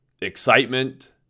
excitement